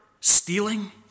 stealing